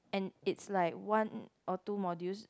and it's like one or two modules